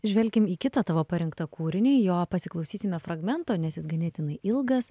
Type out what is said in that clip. žvelkim į kitą tavo parinktą kūrinį jo pasiklausysime fragmento nes jis ganėtinai ilgas